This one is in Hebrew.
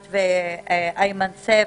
את ואיימן סייף,